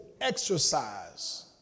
exercise